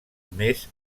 més